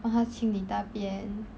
帮他清理大便